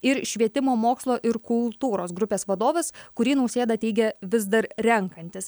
ir švietimo mokslo ir kultūros grupės vadovas kurį nausėda teigia vis dar renkantis